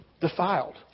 defiled